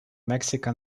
mexico